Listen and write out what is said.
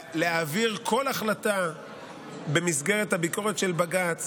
להעביר כל החלטה במסגרת הביקורת של בג"ץ,